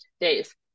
days